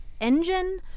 engine